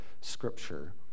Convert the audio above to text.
scripture